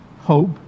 hope